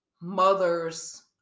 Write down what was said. mothers